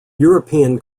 european